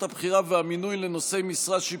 הבחירה והמינוי לנושאי משרה שיפוטית: